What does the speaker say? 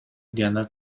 гана